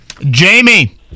Jamie